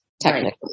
technically